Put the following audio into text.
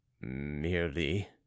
Merely